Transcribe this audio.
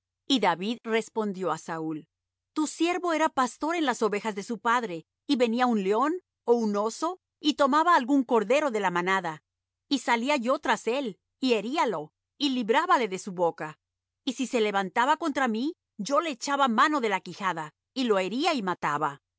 y david respondió á saúl tu siervo era pastor en las ovejas de su padre y venía un león ó un oso y tomaba algún cordero de la manada y salía yo tras él y heríalo y librábale de su boca y si se levantaba contra mí yo le echaba mano de la quijada y lo hería y mataba